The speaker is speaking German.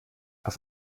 auf